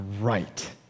right